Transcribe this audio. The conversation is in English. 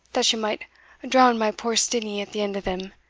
that she might drown my poor steenie at the end of them,